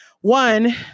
One